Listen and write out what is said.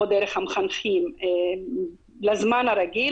או דרך המחנכים לזמן הרגיל,